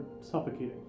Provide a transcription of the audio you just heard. suffocating